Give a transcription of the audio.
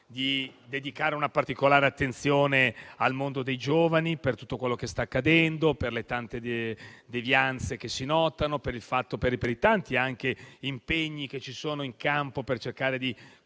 di dedicare una particolare attenzione al mondo dei giovani per tutto quello che sta accadendo, per le tante devianze che si notano e per i tanti impegni che sono in campo per combattere